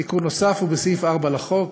תיקון נוסף הוא בסעיף 4 לחוק,